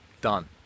done